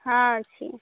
ହଁ ଅଛି